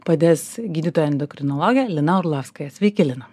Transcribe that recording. padės gydytoja endokrinologė lina orlovskaja sveiki lina